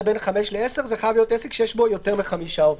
זה חייב להיות עסק שיש בו יותר מחמישה עובדים,